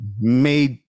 made